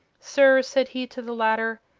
sir, said he to the latter,